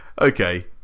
okay